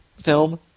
film